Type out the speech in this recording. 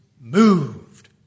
moved